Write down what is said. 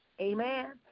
amen